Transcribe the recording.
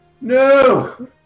No